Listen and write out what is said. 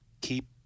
keep